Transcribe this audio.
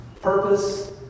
purpose